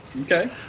Okay